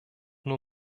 nur